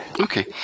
Okay